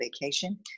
vacation